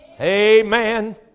Amen